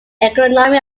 economy